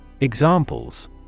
Examples